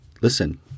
listen